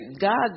God